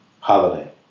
holiday